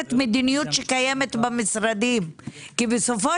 שמשקפת מדיניות שקיימת במשרדים כי בסופו